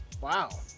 Wow